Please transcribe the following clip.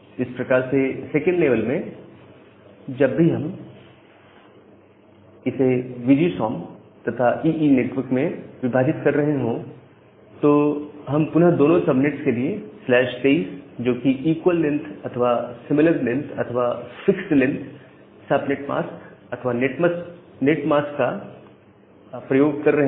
इसी प्रकार से सेकंड लेवल में जब भी हम इसे वीजी सॉम तथा ईई में विभाजित कर रहे हैं तो हम पुनः दोनों सबनेट के लिए 23 जो कि इक्वल लेंथ अथवा सिमिलर लेंथ अथवा फिक्स्ड लेंथ सबनेट मास्क अथवा नेटमास्क है का प्रयोग कर रहे हैं